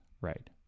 right